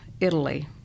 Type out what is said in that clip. Italy